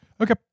Okay